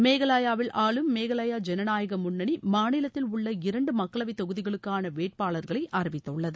மேகாலயாவில் ஆளும் மேகாலயா ஜனநாயக முன்னணி மாநிலத்தில் உள்ள இரண்டு மக்களவைத் தொகுதிகளுக்கான வேட்பாளர்களை அறிவித்துள்ளது